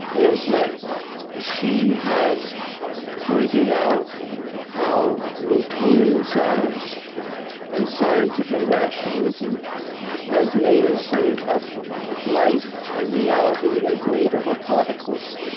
is that she has pointed out how newtonian science and scientific rationalism has made us think of life and reality is made up of particles,